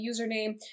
username